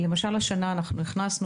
למשל, השנה הכנסנו